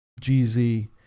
GZ